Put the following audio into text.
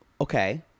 okay